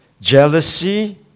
jealousy